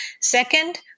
Second